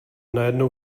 najednou